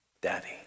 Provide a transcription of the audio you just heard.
Daddy